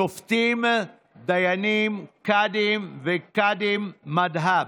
שופטים, דיינים, קאדים וקאדים מד'הב.